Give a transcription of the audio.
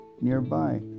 nearby